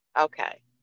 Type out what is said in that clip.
Okay